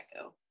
go